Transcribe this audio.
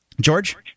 George